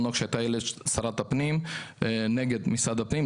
כשאיילת הייתה שרת הפנים נגד משרד הפנים.